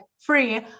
free